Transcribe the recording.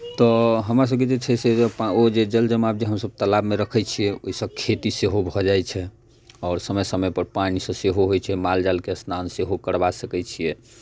तऽ हमरा सबके जे छै से ओ जे जल जमाव जे हमसब तालाब मे रखै छियै ओहि सऽ खेती सेहो भऽ जाइ छै आओर समय समय पर पानि सेहो होइ छै माल जाल के स्नान सेहो करबा सकै छियै